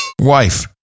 wife